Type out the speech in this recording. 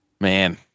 Man